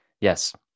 Yes